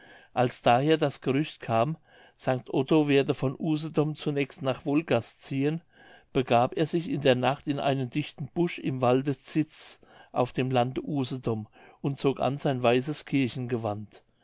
als daher das gerücht kam st otto werde von usedom zunächst nach wolgast ziehen begab er sich in der nacht in einen dichten busch im walde zitz auf dem lande usedom und zog an sein weißes